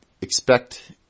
expect